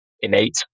innate